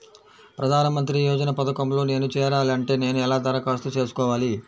ప్రధాన మంత్రి యోజన పథకంలో నేను చేరాలి అంటే నేను ఎలా దరఖాస్తు చేసుకోవాలి?